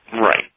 Right